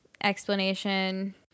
explanation